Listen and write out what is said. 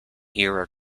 era